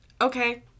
Okay